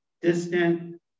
distant